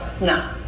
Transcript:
No